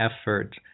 effort